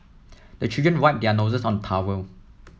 the children wipe their noses on the towel